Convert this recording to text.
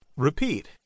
Repeat